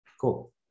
Cool